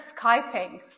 Skyping